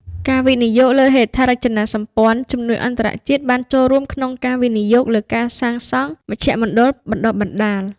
ការវិនិយោគលើហេដ្ឋារចនាសម្ព័ន្ធ ជំនួយអន្តរជាតិបានចូលរួមក្នុងការវិនិយោគលើការសាងសង់មជ្ឈមណ្ឌលបណ្តុះបណ្តាល។